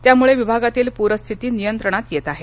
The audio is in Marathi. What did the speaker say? त्यामुळे विभागातील पूरस्थिती नियंत्रणात येत आहे